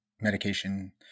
medication